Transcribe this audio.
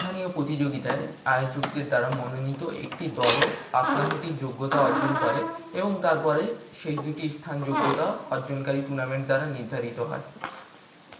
স্থানীয় প্রতিযোগিতায় আয়োজকদের দ্বারা মনোনীত একটি দলও আপনা হতেই যোগ্যতা অর্জন করে এবং তারপরে শেষ দুটি স্থান যোগ্যতা অর্জনকারী টুর্নামেন্ট দ্বারা নির্ধারিত হয়